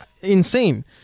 insane